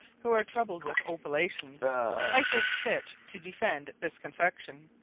who are troubled with opilations i thinke fit to defend this confection,